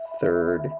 third